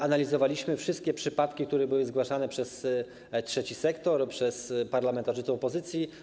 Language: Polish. Analizowaliśmy wszystkie przypadki, które były zgłaszane przez trzeci sektor, przez parlamentarzystów opozycji.